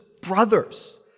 brothers